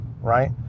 right